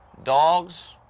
dogs,